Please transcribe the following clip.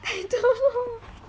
I don't know